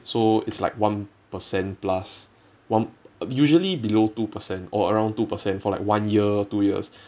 so it's like one percent plus one usually below two percent or around two percent for like one year two years